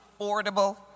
affordable